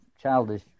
childish